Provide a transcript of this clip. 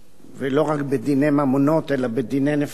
לא רק בדיני ממונות אלא בדיני נפשות,